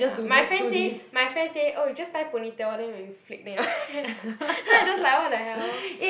ya my friend say my friend say oh you just tie ponytail lor then when you flick then your hair then I just like what the hell